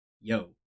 Yo